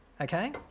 okay